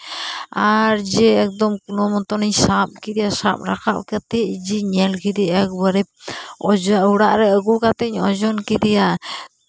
ᱟᱨ ᱡᱮ ᱠᱳᱱᱳ ᱢᱚᱛᱚᱱᱤᱧ ᱥᱟᱵ ᱠᱮᱫᱟᱭᱟ ᱥᱟᱵ ᱨᱟᱠᱟᱵ ᱠᱟᱛᱮ ᱡᱮᱧ ᱧᱮᱞ ᱠᱮᱫᱮᱭᱟ ᱮᱠᱵᱟᱨᱮ ᱡᱟ ᱚᱲᱟᱜ ᱨᱮ ᱟᱹᱜᱩ ᱠᱟᱛᱮ ᱤᱧ ᱳᱡᱚᱱ ᱠᱮᱫᱮᱭᱟ